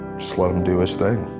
just let him do his thing.